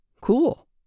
Cool